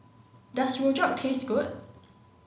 does Rojak taste good